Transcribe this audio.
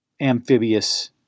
amphibious